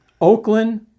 Oakland